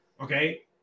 Okay